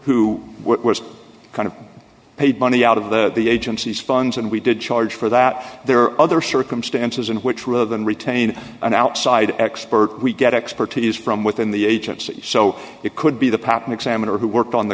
who was kind of paid money out of the the agency's funds and we did charge for that there are other circumstances in which rather than retain an outside expert we get expertise from within the agency so it could be the patent examiner who worked on the